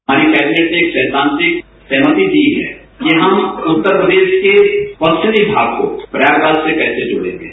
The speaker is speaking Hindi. हमारी कैबिनेट ने एक सैद्वांतिक सहमति दी है कि हम उत्तर प्रदेश के पश्चिमी भाग को प्रयागराज से कैसे जोड़ंगे